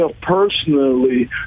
personally